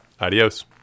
Adios